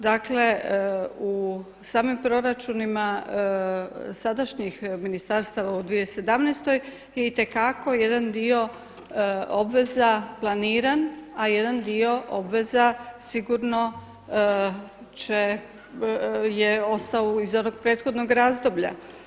Dakle, u samim proračunima sadašnjih ministarstava u 2017. itekako jedan di obveza planiran, a jedan dio obveza sigurno je ostao iz onog prethodnog razdoblja.